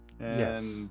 Yes